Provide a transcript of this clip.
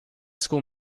school